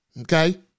Okay